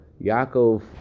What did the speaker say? Yaakov